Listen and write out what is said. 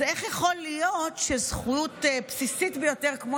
אז איך יכול להיות שזכות בסיסית ביותר כמו